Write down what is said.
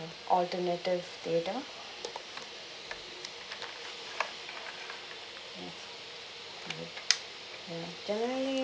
alternative theatre can I